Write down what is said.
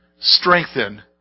strengthen